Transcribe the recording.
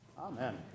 Amen